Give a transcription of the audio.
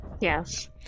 Yes